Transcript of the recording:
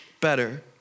better